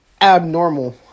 abnormal